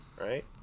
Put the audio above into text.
right